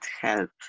help